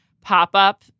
pop-up